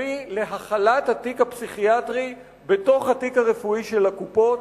יביא להכלת התיק הפסיכיאטרי בתוך התיק הרפואי של הקופות,